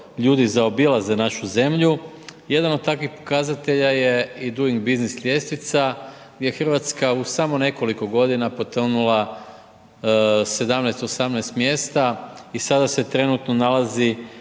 ljudi zaobilaze našu zemlju. Jedan od takvih pokazatelj je i Duing biznis ljestvica, gdje je Hrvatska u samo nekoliko godina potonula 17, 18 mjesta i sada se trenutno nalazi